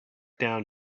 down